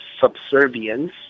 subservience